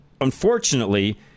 unfortunately